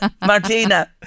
Martina